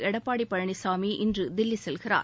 எடப்பாடி பழனிச்சாமி இன்று தில்லி செல்கிறார்